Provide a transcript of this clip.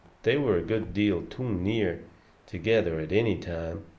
they were a good deal too near together at any time.